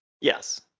Yes